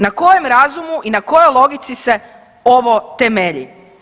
Na koje razumu i na kojoj logici se ovo temelji?